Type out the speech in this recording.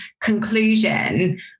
conclusion